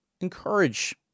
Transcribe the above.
encourage